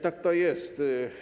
Tak to jest.